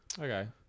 Okay